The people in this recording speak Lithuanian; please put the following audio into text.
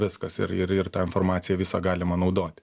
viskas ir ir ir tą informaciją visą galimą naudoti